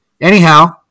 Anyhow